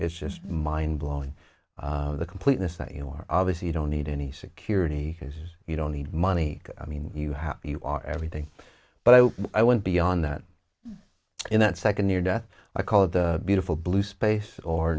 it's just mind blowing the completeness that you are obviously you don't need any security because you don't need money i mean you have you are everything but i went beyond that in that second near death i call it the beautiful blue space or